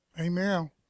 Amen